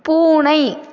பூனை